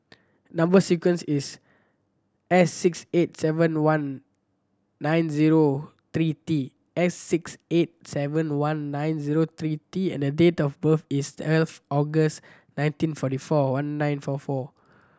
number sequence is S six eight seven one nine zero three T S six eight seven one nine zero three T and date of birth is twelve August nineteen forty four one nine four four